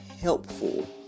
helpful